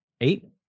Eight